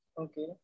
Okay